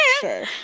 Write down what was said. Sure